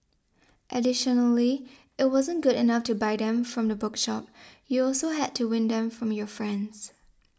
additionally it wasn't good enough to buy them from the bookshop you also had to win them from your friends